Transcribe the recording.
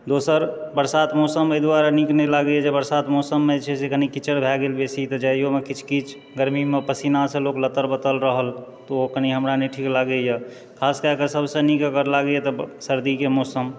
दोसर बरसात मौसम एहि दुआरे नीक नहि लागैए जे बरसात मौसममे जे छै से कनी कीचड़ भए गेल बेसी तऽ जाइयोमे कीच कीच गरमीमे पसीनासँ लोक लतर बतर रहल तऽ ओ कनी हमरा नहि ठीक लागैए खास कए कऽ सबसँ नीक अगर लागैया तऽ सरदीके मौसम